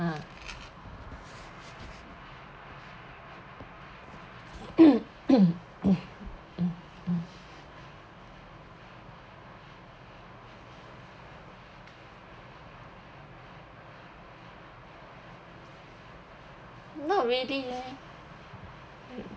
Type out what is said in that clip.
ah not really leh mm